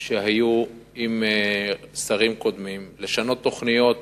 שהיו עם שרים קודמים, לשנות תוכניות